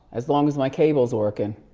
as long as my cable's working,